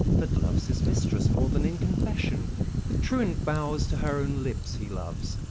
that loves his mistress more than in confession with truant vows to her own lips he loves,